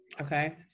Okay